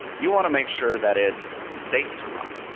you want to make sure that it's safe to run,